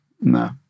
no